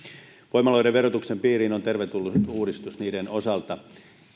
voimaloiden verotuksen piiriin on tervetullut uudistus niiden osalta